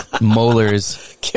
molars